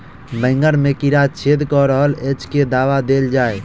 बैंगन मे कीड़ा छेद कऽ रहल एछ केँ दवा देल जाएँ?